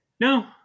No